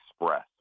express